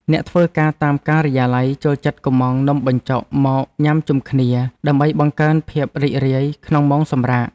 អ្នកធ្វើការតាមការិយាល័យចូលចិត្តកម្ម៉ង់នំបញ្ចុកមកញ៉ាំជុំគ្នាដើម្បីបង្កើនភាពរីករាយក្នុងម៉ោងសម្រាក។